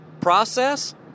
process